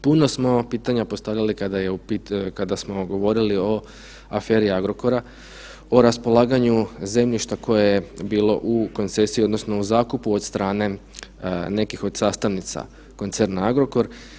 Puno smo pitanja postavljali kada je u pitanju, kada smo govorili o aferi Agrokora, o raspolaganju zemljišta koje je bilo u koncesiji, odnosno u zakupu od strane nekih od sastavnica koncerna Agrokor.